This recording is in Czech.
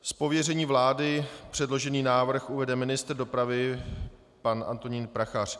Z pověření vlády předložený návrh uvede ministr dopravy pan Antonín Prachař.